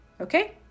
Okay